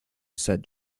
said